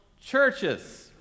churches